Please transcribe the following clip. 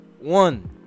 one